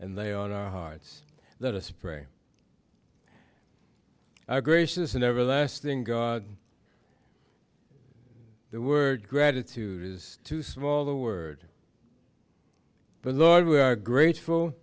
and they on our hearts let us pray our gracious and everlasting god the word gratitude is too small the word but lord we are grateful